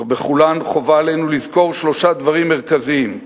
אך בכולן חובה עלינו לזכור שלושה דברים מרכזיים: